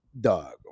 dog